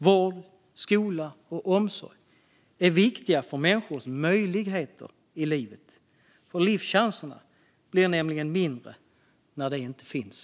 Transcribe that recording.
Vård, skola och omsorg är viktiga för människors möjligheter i livet. Livschanserna blir nämligen mindre när de inte finns.